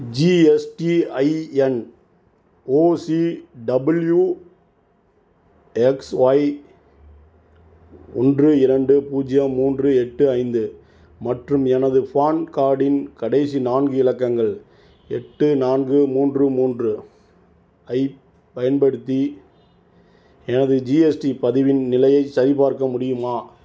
GSTIN O C W X Y ஒன்று இரண்டு பூஜ்ஜியம் மூன்று எட்டு ஐந்து மற்றும் எனது ஃபான் கார்டின் கடைசி நான்கு இலக்கங்கள் எட்டு நான்கு மூன்று மூன்று ஐப் பயன்படுத்தி எனது ஜிஎஸ்டி பதிவின் நிலையைச் சரிபார்க்க முடியுமா